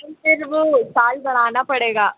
फिर वह साल बढ़ाना पड़ेगा